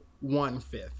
one-fifth